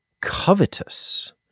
covetous